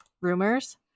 rumors